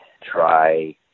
try